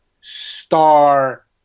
star